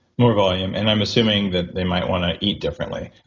more volume and i'm assuming that they might want to eat differently.